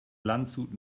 landshut